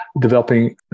developing